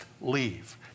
leave